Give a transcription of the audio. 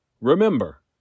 Remember